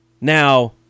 Now